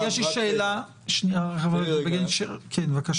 יש לי שאלה אליך, ואז נסיים.